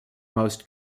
most